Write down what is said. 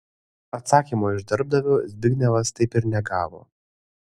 atsakymo iš darbdavio zbignevas taip ir negavo